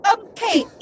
Okay